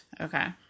okay